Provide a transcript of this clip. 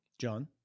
John